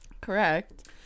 Correct